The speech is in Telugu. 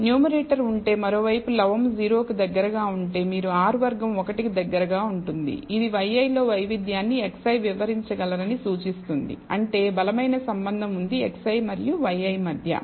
న్యూమరేటర్ ఉంటే మరోవైపు లవము 0 కి దగ్గరగా ఉంటే మీకు R వర్గం 1 కి దగ్గరగా ఉంటుంది ఇది yi లో వైవిధ్యాన్ని xi వివరించగలరని సూచిస్తుంది అంటే బలమైన సంబంధం ఉంది xi మరియు yi మధ్య